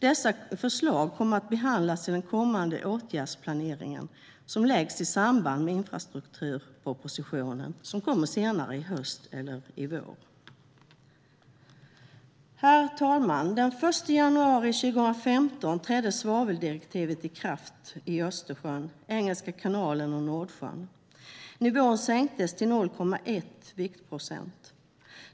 Dessa förslag kommer att behandlas i den kommande åtgärdsplanering som läggs fram i samband med den infrastrukturproposition som kommer i höst eller nästa vår. Herr talman! Den 1 januari 2015 trädde svaveldirektivet i kraft i Östersjön, Engelska kanalen och Nordsjön. Nivån sänktes till 0,1 viktprocent.